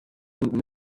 and